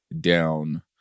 down